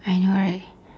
I know right